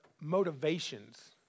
motivations